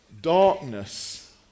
Darkness